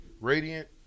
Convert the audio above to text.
Radiant